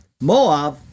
Moab